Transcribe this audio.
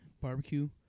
Barbecue